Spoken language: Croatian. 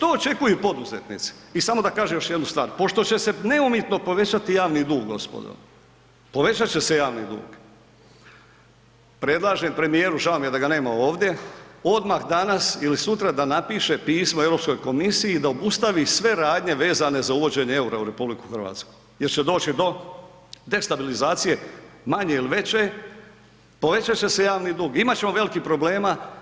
I samo da kažem još jednu stvar, pošto će se neumitno povećati javni dug gospodo, povećat će se javni dug, predlažem premijeru, žao mi je da ga nema ovdje, odmah danas ili sutra da napiše pismo Europskoj komisiji da obustavi sve radnje vezane za uvođenje eura u RH jer će doći do destabilizacije manje ili veće, povećat će se javni dug, imat ćemo velikih problema.